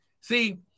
See